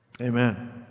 Amen